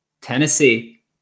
Tennessee